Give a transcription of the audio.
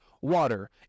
water